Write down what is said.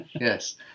yes